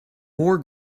more